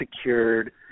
secured